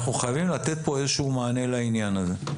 אנחנו חייבים לתת כאן איזשהו מענה לעניין הזה.